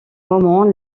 moment